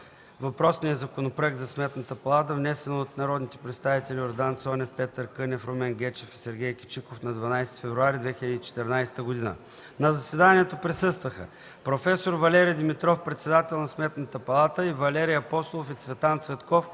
разгледа Законопроекта за Сметната палата, внесен от народните представители Йордан Цонев, Петър Кънев, Румен Гечев и Сергей Кичиков на 12 февруари 2014 г. На заседанието присъстваха: проф. Валери Димитров – председател на Сметната палата, Валери Апостолов и Цветан Цветков